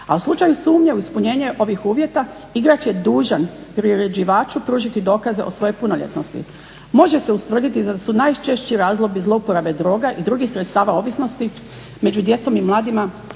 a u slučaju sumnje u ispunjenje ovih uvjeta igrač je dužan priređivaču pružiti dokaz o svojoj punoljetnosti. Može se ustvrditi da su najčešći razlozi zlouporabe droga i drugih sredstava ovisnosti među djecom i mladima